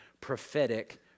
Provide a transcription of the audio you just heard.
prophetic